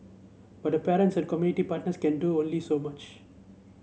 but the parents and community partners can do only so much